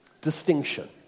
distinction